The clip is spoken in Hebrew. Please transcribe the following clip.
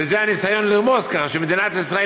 וזה היה ניסיון לרמוז ככה שמדינת ישראל